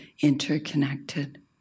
interconnected